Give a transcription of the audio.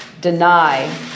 deny